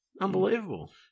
Unbelievable